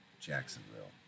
Jacksonville